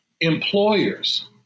employers